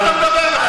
על מה אתה מדבר בכלל?